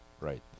right